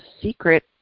secret